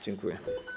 Dziękuję.